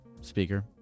speaker